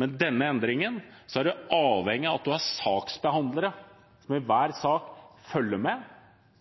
med denne endringen, er en avhengig av at man har saksbehandlere som i hver sak følger med,